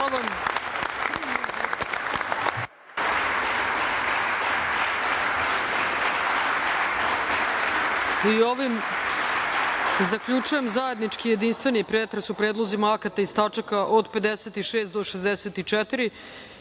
vam. Zaključujem zajednički jedinstveni pretres o predlozima akata iz tačaka od 56. do 64.